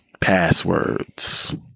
Passwords